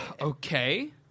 Okay